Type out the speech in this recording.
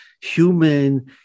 human